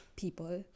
people